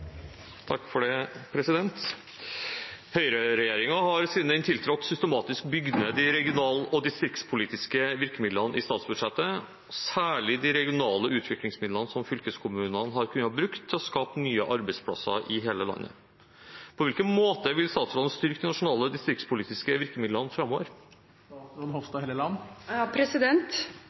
distriktspolitiske virkemidlene i statsbudsjettet, særlig de regionale utviklingsmidlene som fylkeskommunene har kunnet bruke til å skape nye arbeidsplasser i hele landet. På hvilken måte vil statsråden styrke de nasjonale distriktspolitiske virkemidlene